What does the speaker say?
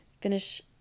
finish